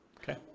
Okay